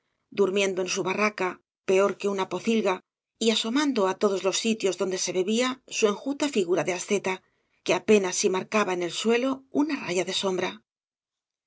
durmiendo en bu barraca peor que una pocilga y asomando á todos los sitios donde se bebía su enjuta figura de asceta que apenas si marcaba en el suelo una raya de sofbbra